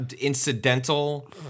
incidental